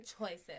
Choices